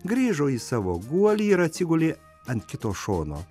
grįžo į savo guolį ir atsigulė ant kito šono